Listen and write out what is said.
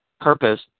purpose